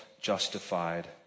justified